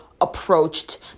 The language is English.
approached